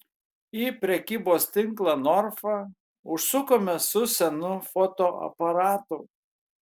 į prekybos tinklą norfa užsukome su senu fotoaparatu